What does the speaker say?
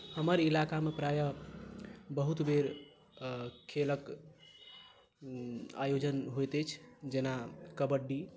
हमर इलाकामे प्रायः बहुत बेर खेलक आयोजन होइत अछि जेना कबड्डी